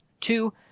Two